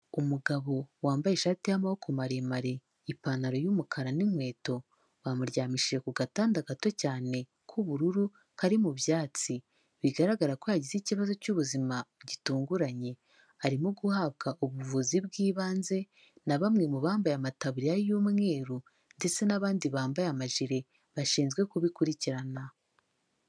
Umugabo wambaye ishati y'amaboko maremare ipantaro y'umukara n'inkweto bamuryamishije ku gatanda gato cyane k'ubururu kari mu byatsi, bigaragara ko yagize ikibazo cy'ubuzima gitunguranye. Arimo guhabwa ubuvuzi bw'ibanze na bamwe mu bambaye amataburiya y'umweru ndetse n'abandi bambaye amajire bashinzwe kubikurikirana.